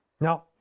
Now